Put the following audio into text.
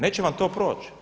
Neće vam to proć.